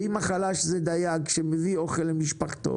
אם החלש הוא דייג שמביא אוכל למשפחתו